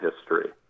history